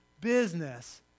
business